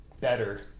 better